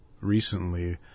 recently